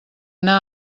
anar